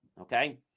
Okay